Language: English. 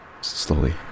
Slowly